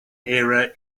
era